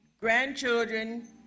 grandchildren